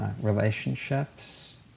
relationships